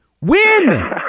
win